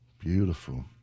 Beautiful